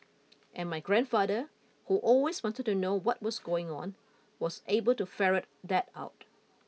and my grandfather who always wanted to know what was going on was able to ferret that out